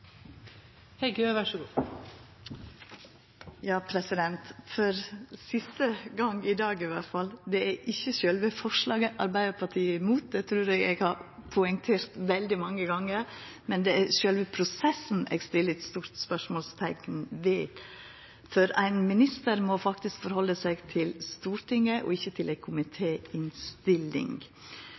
Heggø har hatt ordet to ganger tidligere i debatten og får ordet til en kort merknad, begrenset til 1 minutt. For siste gong i dag iallfall: Det er ikkje sjølve forslaget Arbeidarpartiet er imot – det trur eg eg har poengtert veldig mange gonger – men det er sjølve prosessen eg set eit stort spørsmålsteikn ved. Ein minister må faktisk halda seg til Stortinget og